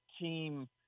team